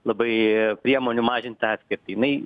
labai priemonių mažint tą atskirtį jinai